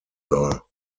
soll